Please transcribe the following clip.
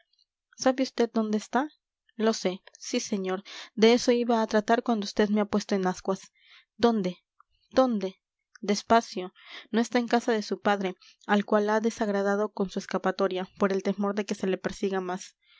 sabe vd dónde está lo sé sí señor de eso iba a tratar cuando vd me ha puesto en ascuas dónde dónde despacio no está en casa de su padre al cual ha desagradado con su escapatoria por el temor de que se le persiga más